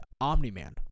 Omni-Man